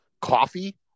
coffee